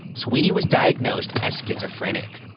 sweeney was diagnosed as schizophrenic.